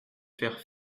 faire